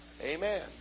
Amen